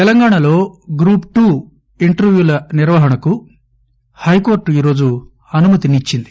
తెలంగాణాలోగ్రూప్ టుఇంటర్వ్యూలనిర్వహణకుహైకోర్టుఈరోజుఅనుమతినిచ్చింది